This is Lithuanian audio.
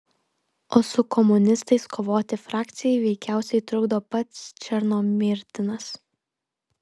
o su komunistais kovoti frakcijai veikiausiai trukdo pats černomyrdinas